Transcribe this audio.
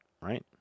right